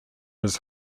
his